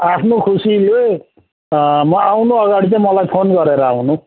आफ्नो खुसीले म आउनुअगाडि चाहिँ मलाई फोन गरेर आउनु